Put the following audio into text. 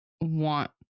want